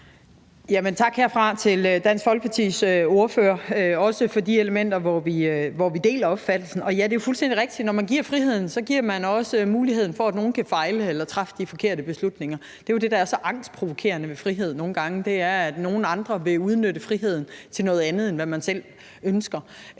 Tak herfra til Dansk Folkepartis ordfører, også for de elementer, hvor vi deler opfattelsen. Og ja, det er fuldstændig rigtigt: Når man giver friheden, giver man også muligheden for, at nogle kan fejle eller træffe de forkerte beslutninger. Det er jo det, der er så angstprovokerende med frihed nogle gange, altså at nogle andre vil udnytte friheden til noget andet, end hvad man selv ønsker.